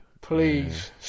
Please